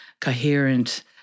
coherent